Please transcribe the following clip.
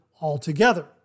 altogether